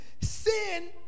sin